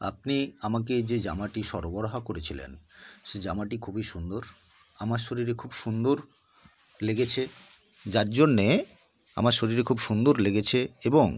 আপনি আমাকে যে জামাটি সরবরাহ করেছিলেন সে জামাটি খুবই সুন্দর আমার শরীরে খুব সুন্দর লেগেছে যার জন্যে আমার শরীরে খুব সুন্দর লেগেছে এবং